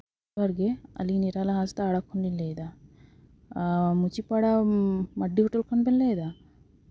ᱡᱚᱦᱟᱨ ᱜᱮ ᱟᱹᱞᱤᱧ ᱱᱤᱨᱟᱞᱟ ᱦᱟᱸᱥᱫᱟ ᱟᱲᱟ ᱠᱷᱚᱱᱞᱤᱧ ᱞᱟᱹᱭᱫᱟ ᱢᱩᱪᱤ ᱯᱟᱲᱟ ᱢᱟᱰᱰᱤ ᱜᱷᱩᱴᱩ ᱠᱷᱚᱱ ᱵᱮᱱ ᱞᱟᱹᱭᱫᱟ